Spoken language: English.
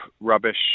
rubbish